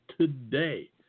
today